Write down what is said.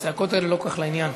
הצעקות האלה לא כל כך לעניין.